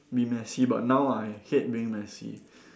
be messy but now I hate being messy